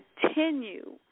continue